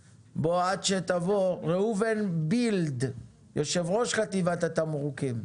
יעלה, ראובן בילט, יושב ראש חטיבת התמרוקים.